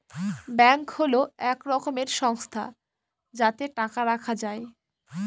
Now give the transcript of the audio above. bank হল এক রকমের সংস্থা যাতে টাকা রাখা যায়